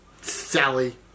Sally